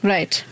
Right